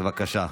בבקשה.